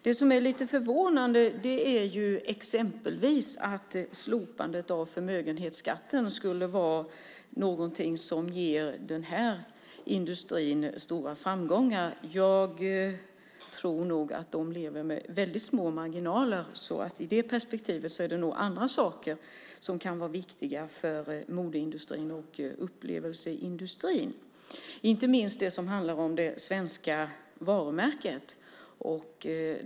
Det som är lite förvånande är exempelvis att slopandet av förmögenhetsskatten skulle vara någonting som ger den här industrin stora framgångar. Jag tror nog att de lever med väldigt små marginaler, så att i det perspektivet är det nog andra saker som kan vara viktiga för modeindustrin och upplevelseindustrin, inte minst det som handlar om det svenska varumärket.